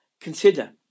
consider